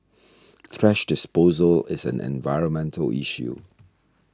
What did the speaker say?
thrash disposal is an environmental issue